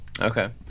Okay